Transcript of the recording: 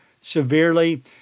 severely